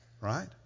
Right